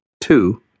Two